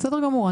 בסדר גמור.